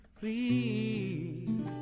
please